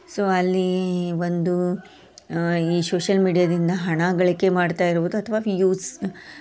so ಅಲ್ಲಿ ಒಂದು ಈ ಸೋಶಲ್ ಮೀಡಿಯಾದಿಂದ ಹಣ ಗಳಿಕೆ ಮಾಡ್ತಾ ಇರುವುದು ಅಥ್ವಾ ವ್ಯೂವ್ಸ್